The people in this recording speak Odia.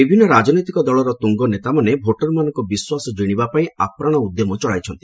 ବିଭିନ୍ନ ରାଜନୈତିକ ଦଳର ତୁଙ୍ଗ ନେତାମାନେ ଭୋଟରମାନଙ୍କୁ ବିଶ୍ୱାସ କ୍ଜିଶିବା ପାଇଁ ଆପ୍ରାଣ ଉଦ୍ୟମ ଚଳାଇଛନ୍ତି